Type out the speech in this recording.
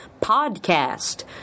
PODCAST